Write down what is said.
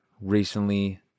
recently